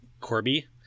Corby